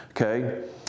okay